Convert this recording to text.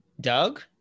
Doug